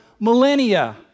millennia